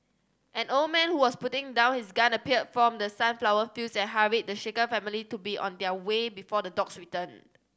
an old man who was putting down his gun appeared from the sunflower fields and hurried the shaken family to be on their way before the dogs return